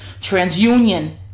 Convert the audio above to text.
Transunion